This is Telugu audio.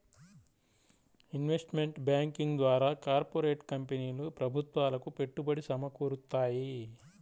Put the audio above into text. ఇన్వెస్ట్మెంట్ బ్యాంకింగ్ ద్వారా కార్పొరేట్ కంపెనీలు ప్రభుత్వాలకు పెట్టుబడి సమకూరుత్తాయి